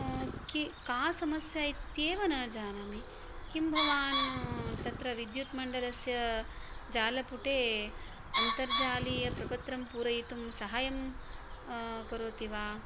किं का समस्या इत्येव न जानामि किं भवान् तत्र विद्युत्मण्डलस्य जालपुटे अन्तर्जालीयप्रपत्रं पूरयितुं सहायं करोति वा